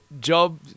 job